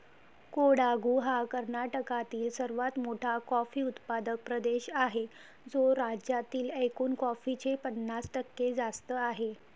कोडागु हा कर्नाटकातील सर्वात मोठा कॉफी उत्पादक प्रदेश आहे, जो राज्यातील एकूण कॉफीचे पन्नास टक्के जास्त आहे